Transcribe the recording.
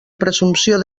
presumpció